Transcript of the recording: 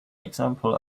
example